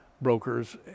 brokers